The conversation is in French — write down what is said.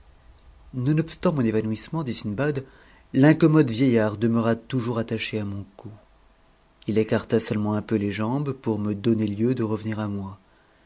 nonobstant mon évanouissement dit sindbad l'incommode vieil u'd demeura toujours attaché à mon cou il écarta seulement un peu les jambes pour me donner lieu de revenir à moi